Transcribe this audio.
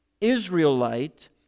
Israelite